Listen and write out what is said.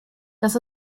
dass